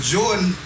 Jordan